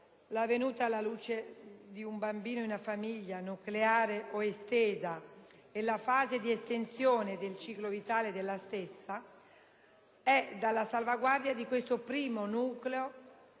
la venuta alla luce di un bambino in una famiglia, nucleare o estesa, è la fase di estensione del ciclo vitale della stessa, è dalla salvaguardia di questo primo nucleo